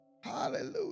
Hallelujah